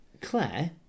Claire